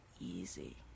easy